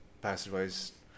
passageways